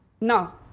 No